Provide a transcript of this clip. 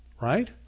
right